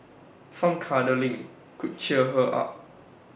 some cuddling could cheer her up